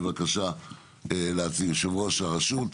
יושב-ראש הרשות,